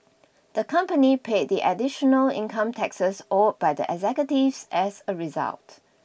the company paid the additional income taxes owed by the executives as a result